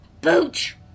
Booch